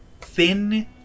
thin